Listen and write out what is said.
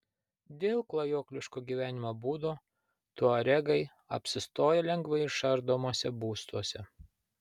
dėl klajokliško gyvenimo būdo tuaregai apsistoja lengvai išardomuose būstuose